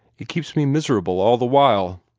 it keeps me miserable all the while.